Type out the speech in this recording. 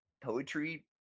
poetry